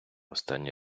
останні